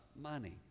money